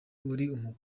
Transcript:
uri